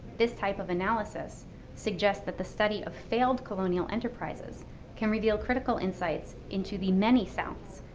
this type of analysis suggests that the study of failed colonial enterprises can reveal critical insights into the many souths,